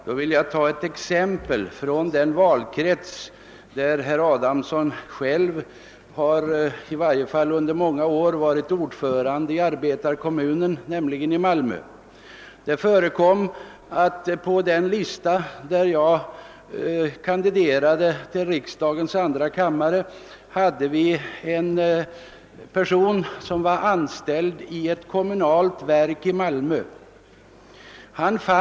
Då vill jag anföra ett exempel från den valkrets där herr Adamsson själv under många år har varit ordförande i arbetarekommunen, nämligen från Malmö. På den lista där jag kandiderade till riksdagens andra kammare stod en person som var anställd i ett kommunalt verk i Malmö.